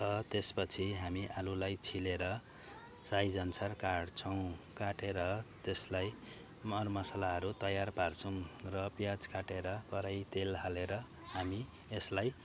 र त्यसपछि हामी आलुलाई छिलेर साइजअनुसार काट्छौँ काटेर त्यसलाई मरमसालाहरू तयार पार्छौँ र प्याज काटेर कराई तेल हालेर हामी यसलाई